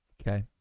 Okay